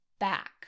back